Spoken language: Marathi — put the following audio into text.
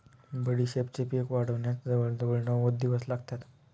बडीशेपेचे पीक वाढण्यास जवळजवळ नव्वद दिवस लागतात